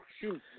shoot